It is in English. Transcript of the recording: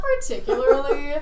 particularly